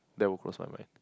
that will cross my mind